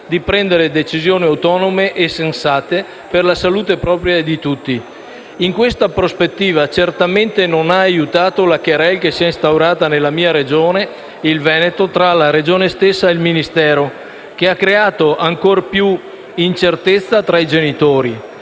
di prendere decisioni autonome e sensate per la salute propria di tutti. In questa prospettiva, certamente non ha aiutato la *querelle* che si è instaurata nella mia Regione, il Veneto, tra la Regione stessa e il Ministero, che ha creato ancora più incertezza tra i genitori.